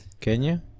Kenya